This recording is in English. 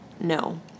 No